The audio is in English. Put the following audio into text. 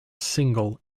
single